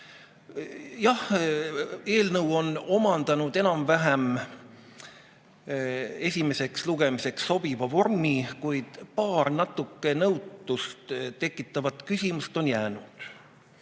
eelnõu on omandanud enam-vähem esimeseks lugemiseks sobiva vormi, kuid paar natuke nõutust tekitavat küsimust on jäänud.